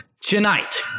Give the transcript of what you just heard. tonight